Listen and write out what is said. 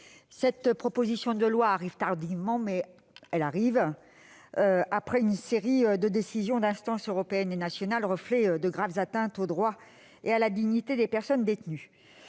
cette proposition de loi arrive tardivement, mais elle a au moins le mérite d'arriver, après une série de décisions d'instances européennes et nationales relevant de graves atteintes aux droits et à la dignité des personnes détenues.